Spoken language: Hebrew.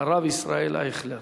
הרב ישראל אייכלר.